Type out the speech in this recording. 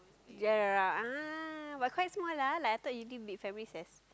ah but quite small ah like I thought usually big families has